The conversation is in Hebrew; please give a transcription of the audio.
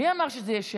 מי אמר שזה יהיה שמית?